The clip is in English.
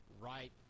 right